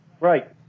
Right